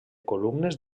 columnes